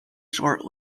short